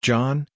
John